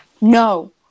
No